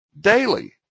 daily